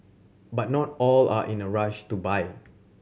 but not all are in a rush to buy